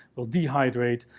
will dehydrate,